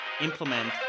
implement